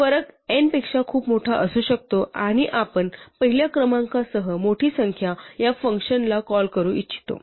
फरक n पेक्षा खूप मोठा असू शकतो आणि आपण पहिल्या क्रमांकासह मोठी संख्या या फंक्शनला कॉल करू इच्छितो